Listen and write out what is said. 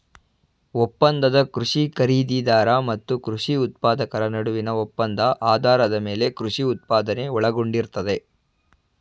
ಒಪ್ಪಂದದ ಕೃಷಿ ಖರೀದಿದಾರ ಮತ್ತು ಕೃಷಿ ಉತ್ಪಾದಕರ ನಡುವಿನ ಒಪ್ಪಂದ ಆಧಾರದ ಮೇಲೆ ಕೃಷಿ ಉತ್ಪಾದನೆ ಒಳಗೊಂಡಿರ್ತದೆ